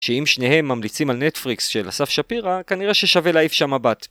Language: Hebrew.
שאם שניהם ממליצים על נטפריקס של אסף שפירא, כנראה ששווה להעיף שם מבט.